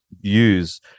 use